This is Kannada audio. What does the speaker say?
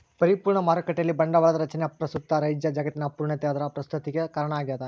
ಪರಿಪೂರ್ಣ ಮಾರುಕಟ್ಟೆಯಲ್ಲಿ ಬಂಡವಾಳದ ರಚನೆ ಅಪ್ರಸ್ತುತ ನೈಜ ಜಗತ್ತಿನ ಅಪೂರ್ಣತೆ ಅದರ ಪ್ರಸ್ತುತತಿಗೆ ಕಾರಣ ಆಗ್ಯದ